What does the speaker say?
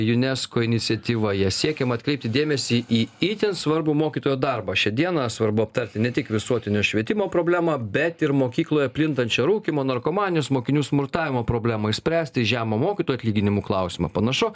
unesco iniciatyva ja siekiama atkreipti dėmesį į itin svarbų mokytojo darbą šią dieną svarbu aptarti ne tik visuotinio švietimo problemą bet ir mokykloje plintančią rūkymo narkomanijos mokinių smurtavimo problemą išspręsti žemą mokytojų atlyginimų klausimą panašu